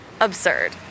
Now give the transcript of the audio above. Absurd